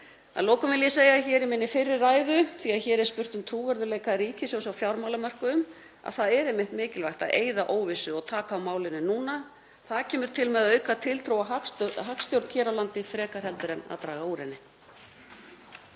Að lokum vil ég segja hér í minni fyrri ræðu, því að hér er spurt um trúverðugleika ríkissjóðs á fjármálamörkuðum, að það er einmitt mikilvægt að eyða óvissu og taka á málinu núna. Það kemur til með að auka tiltrú á hagstjórn hér á landi frekar en að draga úr henni.